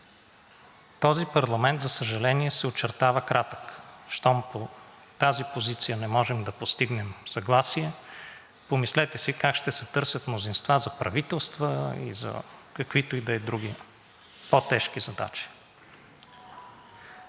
Този парламент, за съжаление, се очертава кратък. Щом по тази позиция не можем да постигнем съгласие, помислете си как ще се търсят мнозинства за правителства и за каквито и да е други по-тежки задачи.